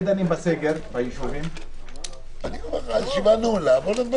הישיבה ננעלה בשעה